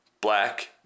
black